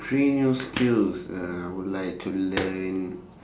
three new skills uh I would like to learn